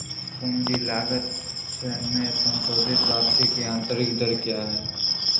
पूंजी लागत में संशोधित वापसी की आंतरिक दर क्या है?